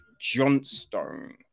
johnstone